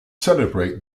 celebrate